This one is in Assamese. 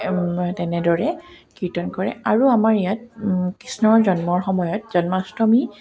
তেনেদৰে কীৰ্তন কৰে আৰু আমাৰ ইয়াত কৃষ্ণৰ জন্মৰ সময়ত জন্মাষ্টমী